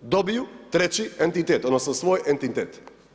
dobiju treći entitet, odnosno svoj entitet.